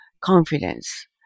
confidence